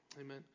Amen